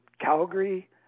Calgary